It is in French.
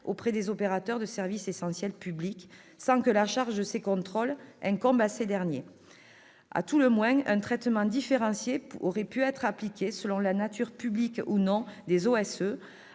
auprès des opérateurs de services essentiels publics, sans que la charge de ces contrôles incombe à ces derniers. À tout le moins, un traitement différencié aurait pu être appliqué selon la nature publique ou non des OSE,